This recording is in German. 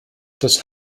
das